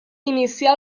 inicià